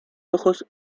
ojos